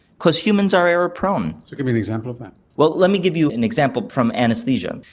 because humans are error prone. so give me an example well, let me give you an example from anaesthesia.